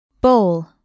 Bowl